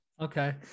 okay